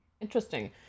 Interesting